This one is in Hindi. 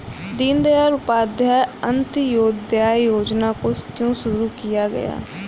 दीनदयाल उपाध्याय अंत्योदय योजना को क्यों शुरू किया गया?